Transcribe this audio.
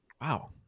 Wow